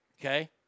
Okay